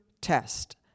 test